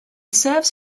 serves